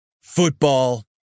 Football